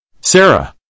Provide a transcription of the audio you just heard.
Sarah